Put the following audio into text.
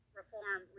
reform